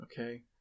okay